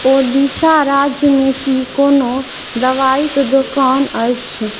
ओडिशा राज्यमे की कोनो दवाइके दोकान अछि